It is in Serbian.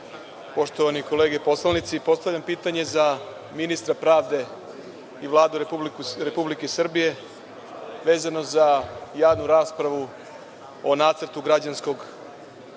poštovane kolege poslanici, postavljam pitanje za ministra pravde i Vladu Republike Srbije vezano za javnu raspravu o Nacrtu građanskog